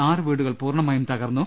ആറ് വീടുകൾ പൂർണമായും തകർന്നു